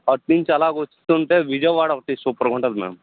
అట్నుంచి అలా వస్తుంటే విజయవాడ ఒకటి సూపర్గుంటది మ్యామ్